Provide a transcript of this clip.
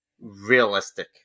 realistic